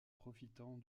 profitant